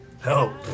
Help